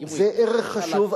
זה ערך חשוב,